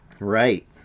Right